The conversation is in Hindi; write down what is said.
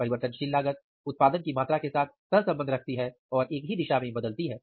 परिवर्तनशील लागत उत्पादन की मात्रा के साथ सहसंबंध रखती है और एक ही दिशा में बदलती है